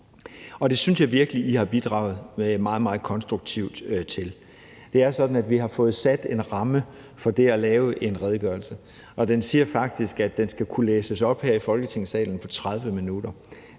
det synes jeg virkelig at I har bidraget meget, meget konstruktivt til. Det er sådan, at vi har fået sat en ramme for det at lave en redegørelse, og ifølge den er det faktisk sådan, at redegørelsen skal kunne læses op her i Folketingssalen på 30 minutter.